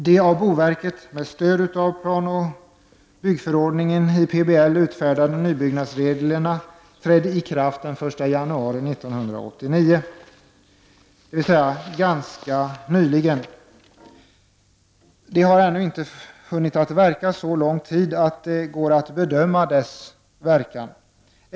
De av boverket, med stöd av plan och byggförordningen i PBL, utfärdade nybyggnadsreglerna trädde i kraft den 1 januari 1989, dvs. ganska nyligen. De har ännu inte hunnit att verka så lång tid att det går att bedöma dess verkan.